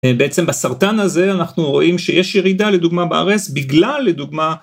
בעצם בסרטן הזה אנחנו רואים שיש ירידה לדוגמה בRS בגלל לדוגמה